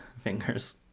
fingers